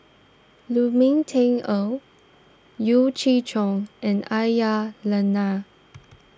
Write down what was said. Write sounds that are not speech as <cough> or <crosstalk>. Lu Ming Teh Earl Yeo Chee Kiong and Aisyah Lyana <noise>